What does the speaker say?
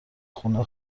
خونه